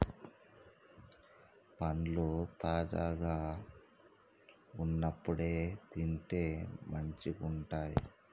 పండ్లు తాజాగా వున్నప్పుడే తింటే మంచిగుంటయ్